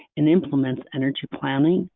and implements energy planning,